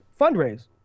fundraise